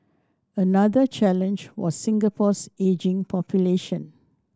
another challenge was Singapore's ageing population